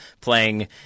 playing